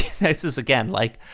this is again, like,